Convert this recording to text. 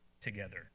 together